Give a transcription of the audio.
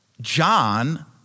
John